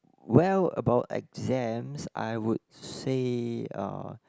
well about exams I would say uh